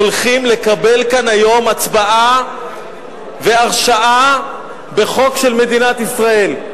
הולכות לקבל כאן היום הצבעה והרשאה בחוק של מדינת ישראל.